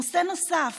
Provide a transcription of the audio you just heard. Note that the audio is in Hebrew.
נושא נוסף